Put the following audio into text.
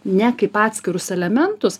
ne kaip atskirus elementus